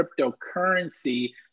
cryptocurrency